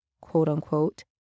quote-unquote